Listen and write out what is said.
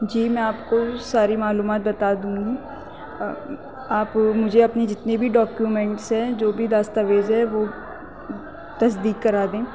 جی میں آپ کو ساری معلومات بتا دوں گی آپ مجھے اپنی جتنی بھی ڈاکیومینٹس ہیں جو بھی دستاویز ہے وہ تصدیق کرا دیں